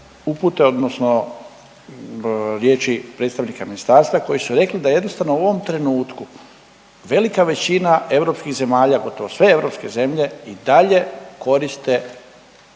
upute odnosno riječi predstavnika ministarstva koji su rekli da jednostavno u ovom trenutku velika većina europskih zemalja, gotovo sve europske zemlje i dalje koriste